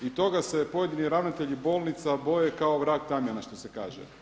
I toga se pojedini ravnatelji bolnica boje kao vrag tamjana što se kaže.